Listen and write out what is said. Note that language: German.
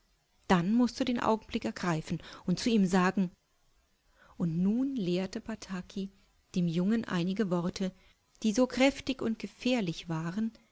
dann mußt du den augenblick ergreifen und zu ihm sagen und nun lehrte bataki den jungen einige wörter die so kräftig und gefährlich waren